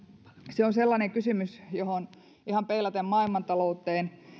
se on sellainen kysymys johon ihan peilaten maailmantalouteen